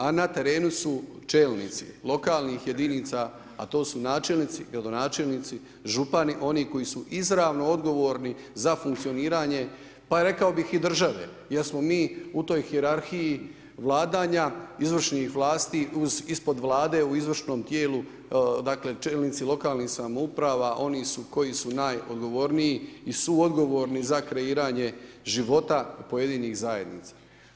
A na terenu su čelnici lokalnih jedinica, a to su načelnici, gradonačelnici, župani oni koji su izravno odgovorni za funkcioniranje pa rekao bih i države, jer smo mi u toj hijerarhiji vladanja izvršnih vlasti ispod Vlade u izvršnom tijelu dakle, čelnici lokalnih samouprava, oni su koji su najodgovorniji i suodgovorni za kreiranje života pojedinih zajednica.